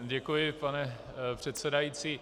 Děkuji pane předsedající.